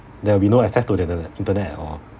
there will be no access to the internet internet at all